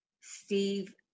Steve